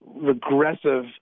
regressive